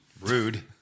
rude